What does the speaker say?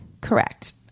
Correct